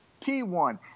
P1